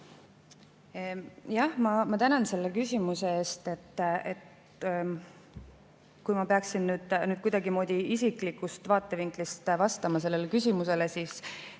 ma tänan selle küsimuse eest! Kui ma peaksin nüüd kuidagimoodi isiklikust vaatevinklist vastama sellele küsimusele, siis